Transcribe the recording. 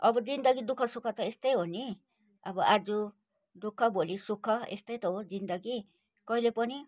अब जिन्दगी दुःख सुख त यस्तै हो नि अब आज दुःख भोली सुख यस्तै त हो जिन्दगी कहिले पनि